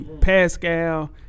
Pascal